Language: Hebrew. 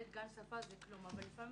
לפעמים